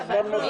בהצלחה.